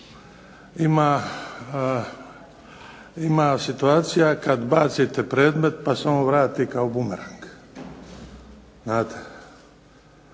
ima situacija kada bacite predmet pa se on vrati kao bumerang, znate.